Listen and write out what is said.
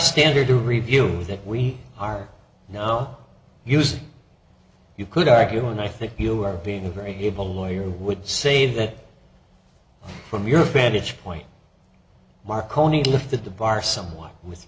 standard to review that we are now using you could argue and i think you are being very deep a lawyer would say that from your vantage point marconi lifted the bar somewhat with